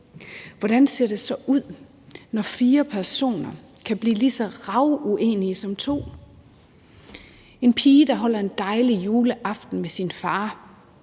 Hvordan ser det så ud, når fire personer kan blive lige så hamrende uenige som to? En pige, der som 8-årig holder en dejlig juleaften med sin far